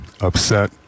upset